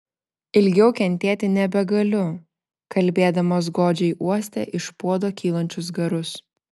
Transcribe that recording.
ilgiau kentėti nebegaliu kalbėdamas godžiai uostė iš puodo kylančius garus